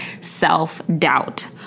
self-doubt